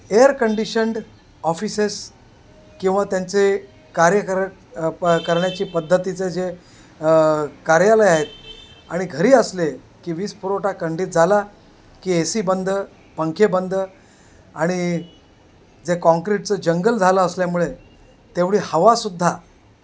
air conditioned offices किंवा त्यांचे कार्य कर प करण्याची पद्धतीचं जे कार्यालय आहेत आणि घरी असले की वीज पुरवठा खंडित झाला की ए सी बंद पंखे बंद आणि जे काँक्रीटचं जंगल झालं असल्यामुळे तेवढी हवासुद्धा